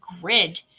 grid